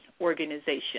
organization